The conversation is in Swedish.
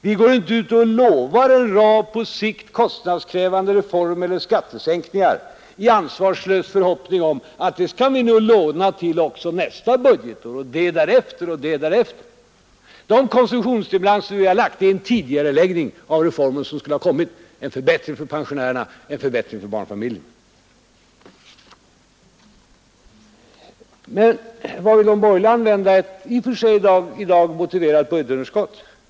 Vi går inte ut och lovar en rad på sikt kostnadskrävande reformer eller skattesänkningar i ansvarslös förhoppning om att det kan vi nog låna till också nästa budgetår och det därefter och det därefter. De konsumtionsstimulerande åtgärder vi föreslagit är en tidigareläggning av reformer som ändå skulle ha kommit: en förbättring för pensionärerna och för barnfamiljerna, Men hur vill de borgerliga använda ett i dag motiverat budgetunderskott?